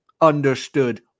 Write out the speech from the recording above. understood